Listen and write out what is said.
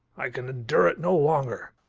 i can endure it no longer.